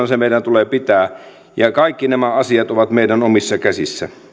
se meidän tulee pitää ja kaikki nämä asiat ovat meidän omissa käsissä